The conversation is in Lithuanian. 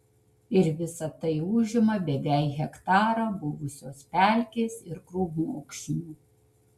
ir visa tai užima beveik hektarą buvusios pelkės ir krūmokšnių